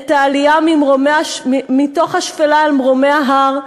את העלייה מתוך השפלה אל מרומי ההר,